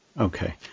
okay